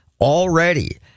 already